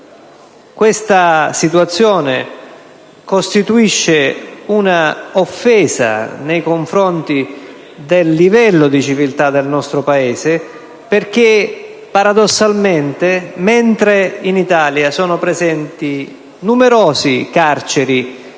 Questa situazione costituisce una offesa nei confronti del livello di civiltà del nostro Paese, perché paradossalmente, mentre in Italia sono presenti numerose carceri